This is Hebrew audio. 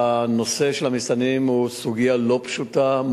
הנושא של המסתננים הוא סוגיה לא פשוטה,